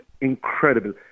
incredible